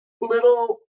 little